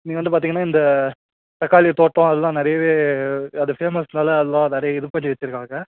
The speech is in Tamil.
நீங்கள் வந்து பார்த்திங்கன்னா இந்த தக்காளித் தோட்டம் அதுலாம் நிறையவே அது ஃபேமஸ்னாலே அதெல்லாம் நிறைய இது பண்ணி வச்சுருக்காங்க சார்